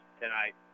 tonight